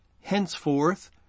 henceforth